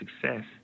success